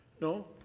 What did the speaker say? No